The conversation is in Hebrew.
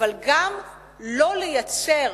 אבל גם לא לייצר